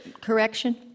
Correction